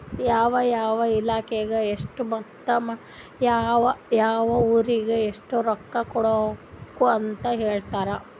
ಯಾವ ಯಾವ ಇಲಾಖೆಗ ಎಷ್ಟ ಮತ್ತ ಯಾವ್ ಯಾವ್ ಊರಿಗ್ ಎಷ್ಟ ರೊಕ್ಕಾ ಕೊಡ್ಬೇಕ್ ಅಂತ್ ಹೇಳ್ತಾರ್